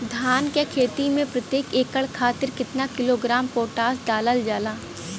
धान क खेती में प्रत्येक एकड़ खातिर कितना किलोग्राम पोटाश डालल जाला?